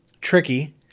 tricky